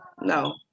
no